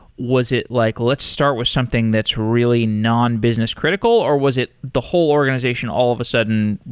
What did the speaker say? was it like, let's start with something that's really non-business critical, or was it the whole organization all of a sudden,